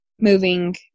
moving